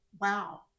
Wow